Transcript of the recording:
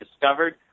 discovered